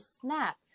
snap